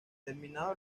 terminado